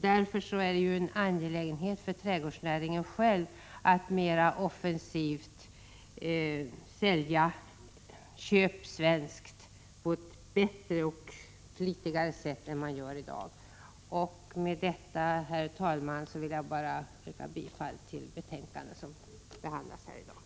Därför är det en angelägenhet för trädgårdsnäringen själv att på ett bättre och flitigare sätt än i dag sälja sitt budskap: Köp svenskt! Med detta, herr talman, vill jag yrka bifall till utskottets hemställan i det betänkande som behandlas i dag.